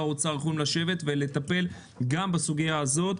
האוצר יכולים לשבת ולטפל גם בסוגיה הזאת.